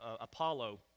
Apollo